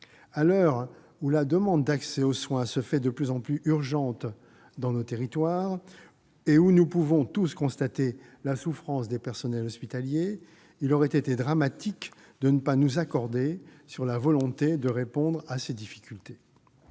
À l'heure où la demande d'accès aux soins se fait de plus en plus urgente dans nos territoires et où nous pouvons tous constater la souffrance des personnels hospitaliers, il aurait été dramatique de ne pas nous accorder sur la volonté de répondre à ces difficultés.